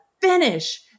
finish